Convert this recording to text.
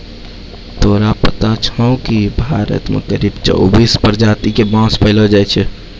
तोरा पता छौं कि भारत मॅ करीब चौबीस प्रजाति के बांस पैलो जाय छै